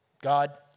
God